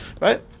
right